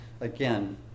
again